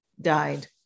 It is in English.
died